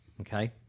okay